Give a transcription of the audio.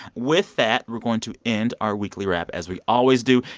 with that, we're going to end our weekly wrap as we always do.